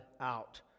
out